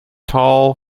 tall